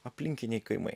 aplinkiniai kaimai